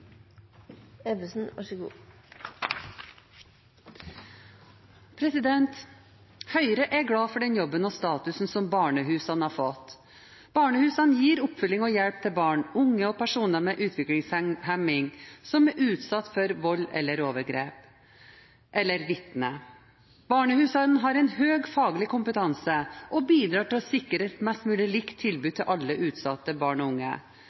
Høyre er glad for den jobben og statusen som barnehusene har fått. Barnehusene gir oppfølging og hjelp til barn, unge og personer med utviklingshemning som er utsatt for eller har vært vitne til vold eller overgrep. Barnehusene har en høy faglig kompetanse og bidrar til å sikre et mest mulig likt tilbud til alle utsatte barn og unge.